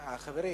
חברים,